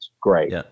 Great